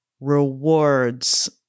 rewards